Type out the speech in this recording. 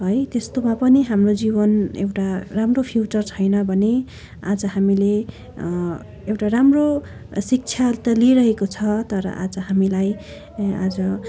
है त्यस्तोमा पनि हाम्रो जीवन एउटा राम्रो फ्युचर छैन भने आज हामीले एउटा राम्रो शिक्षा त लिइरहेको छ तर आज हामीलाई आज